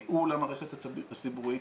ייעול המערכת הציבורית,